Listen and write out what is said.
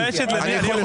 אני שואל שאלות עכשיו.